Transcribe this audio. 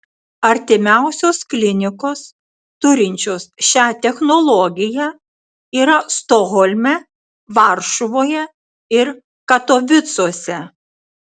artimiausios klinikos turinčios šią technologiją yra stokholme varšuvoje ir katovicuose